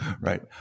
Right